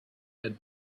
had